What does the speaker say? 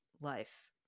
life